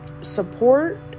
support